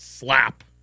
Slap